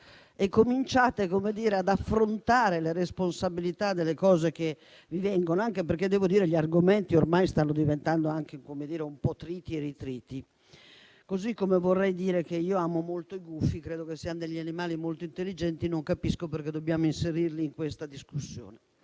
e cominciate ad affrontare le responsabilità delle cose che vi vengono, anche perché gli argomenti ormai stanno diventando anche un po' triti e ritriti. Vorrei poi dire che amo molto i gufi e credo siano degli animali molto intelligenti, e non capisco perché dobbiamo inserirli in questa discussione.